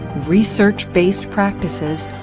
research based practices,